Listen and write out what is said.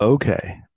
Okay